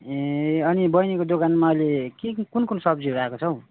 ए अनि बहिनीको दोकानमा अहिले के के कुन कुन सब्जीहरू आएको छ हौ